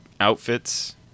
outfits